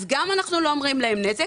גם אנחנו לא אומרים להם נזק,